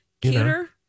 Cuter